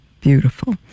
beautiful